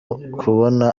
ukubona